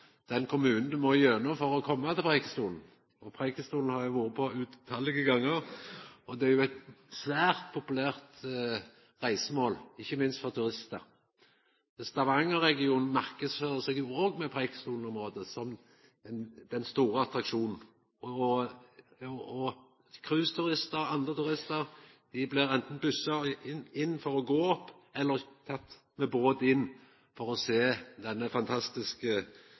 den kommunen ein må igjennom for å komma til Preikestolen, og Preikestolen har eg vore på tallause gonger. Det er jo eit veldig populært reisemål, ikkje minst for turistar. Stavangerregionen marknadsfører òg Preikestolen-området som den store attraksjonen, og cruiseturistar og andre turistar blir anten kjørde med buss inn for å gå opp eller tekne med båt inn for å sjå denne fantastiske